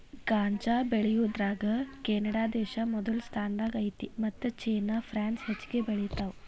ಗಾಂಜಾ ಬೆಳಿಯುದರಾಗ ಕೆನಡಾದೇಶಾ ಮೊದಲ ಸ್ಥಾನದಾಗ ಐತಿ ಮತ್ತ ಚೇನಾ ಪ್ರಾನ್ಸ್ ಹೆಚಗಿ ಬೆಳಿತಾವ